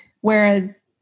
Whereas